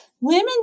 Women